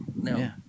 No